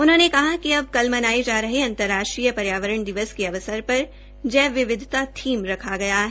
उन्होंने कहा कि अब कल मनाये जा रहे अंतराष्ट्रीय पर्यावरण दिवस के अवसर पर जैव विविधता थीम रखा गया है